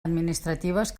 administratives